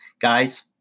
guys